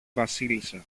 βασίλισσα